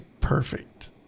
perfect